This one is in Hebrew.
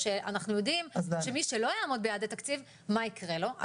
שאנחנו יודעים מה יקרה למי שלא יעמוד ביעדי תקציב.